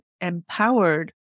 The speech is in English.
empowered